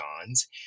John's